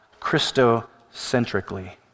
Christocentrically